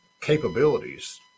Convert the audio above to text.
capabilities